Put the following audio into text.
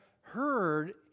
heard